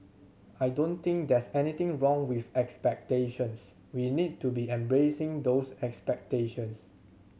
I don't think there's anything wrong with expectations we need to be embracing those expectations